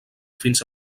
fins